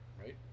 right